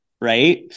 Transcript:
right